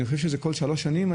אני חושב שזה כל שלוש שנים.